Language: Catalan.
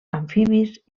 amfibis